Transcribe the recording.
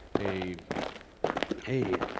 a hey,